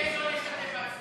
אני מבקש לא להשתתף בהצבעה.